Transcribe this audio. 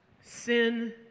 sin